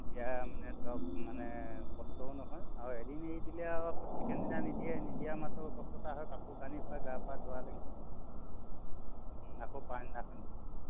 এতিয়া মানে ধৰক মানে কষ্টও নহয় আৰু এদিন এৰি দিলে আৰু আকৌ ছেকেণ্ড দিনা নিদিয়ে নিদিয়া মাত্ৰ কষ্ট হয় কাপোৰ কানিৰ পৰা গা পা ধোৱা হোৱালৈকে আকৌ পাছ দিনাখন